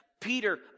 Peter